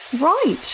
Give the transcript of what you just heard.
Right